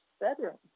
bedroom